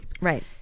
right